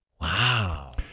Wow